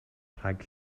rhag